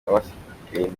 abasigaye